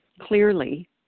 clearly